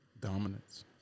Dominance